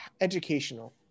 educational